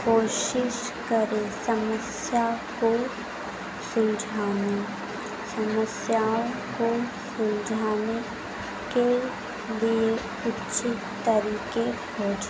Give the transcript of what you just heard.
कोशिश करें समस्या को सुलझाने समस्याओं को सुलझाने के लिए कुछ तरीके खोजें